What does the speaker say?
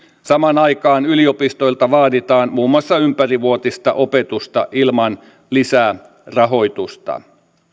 samaan aikaan yliopistoilta vaaditaan muun muassa ympärivuotista opetusta ilman lisärahoitusta